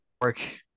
work